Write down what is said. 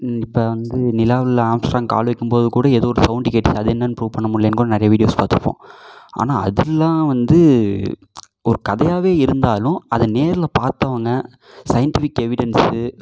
இப்போ வந்து நிலாவில் ஆம்ஸ்ட்ராங் காலு வைக்கும் போது கூட ஏதோ ஒரு சவுண்டு கேட்டுச்சு அது என்னெனனு புருஃப் பண்ணமுடிலையேன்னு கூட நிறையா வீடியோஸ் பார்த்துருப்போம் ஆனால் அதெலாம் வந்து ஒரு கதையாவே இருந்தாலும் அதை நேரில் பார்த்தோன்ன சையின்ட்டிஃபிக் எவிடன்ஸு